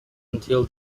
until